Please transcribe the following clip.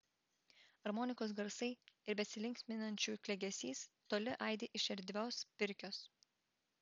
armonikos garsai ir besilinksminančių klegesys toli aidi iš erdvios pirkios